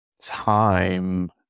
time